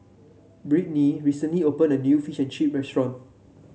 Brittnay recently opened a new Fish and Chips restaurant